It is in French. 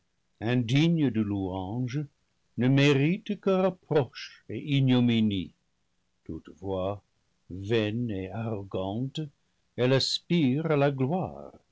indigne de louange ne mérite que reproche etignomi nie toutefois vaine et arrogante elle aspire à la gloire